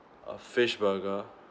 uh fish burger